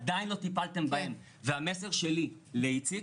עדיין אל טיפלתם בהם והמסר שלי לאיציק